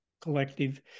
Collective